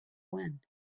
when